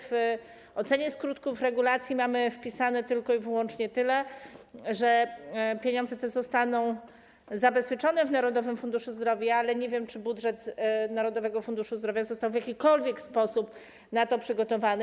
W ocenie skutków regulacji mamy wpisane tylko i wyłącznie tyle, że pieniądze te zostaną zabezpieczone w Narodowym Funduszu Zdrowia, ale nie wiem, czy budżet Narodowego Funduszu Zdrowia został w jakikolwiek sposób na to przygotowany.